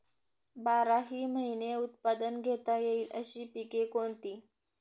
बाराही महिने उत्पादन घेता येईल अशी पिके कोणती?